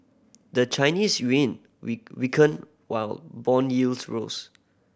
the Chinese yuan we weakened while bond yields rose